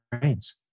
brains